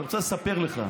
אני רוצה לספר לך.